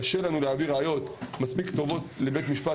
קשה לנו להביא ראיות מספיק טובות לבית משפט